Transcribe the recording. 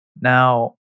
Now